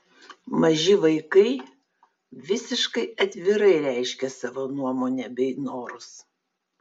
maži vaikai visiškai atvirai reiškia savo nuomonę bei norus